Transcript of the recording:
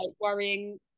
worrying